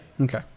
okay